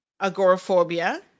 agoraphobia